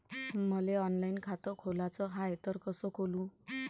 मले ऑनलाईन खातं खोलाचं हाय तर कस खोलू?